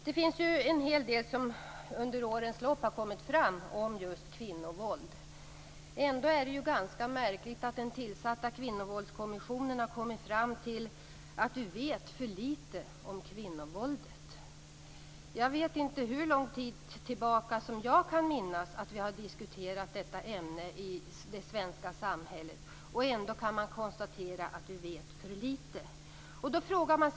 Det har under årens lopp kommit fram en hel del om kvinnovåld. Ändå är det märkligt att den tillsatta Kvinnovåldskommissionen har kommit fram till att man vet för litet om kvinnovåldet. Jag vet inte hur lång tid tillbaka som jag kan minnas att vi har diskuterat detta ämne i det svenska samhället. Ändå kan man konstatera att vi vet för litet.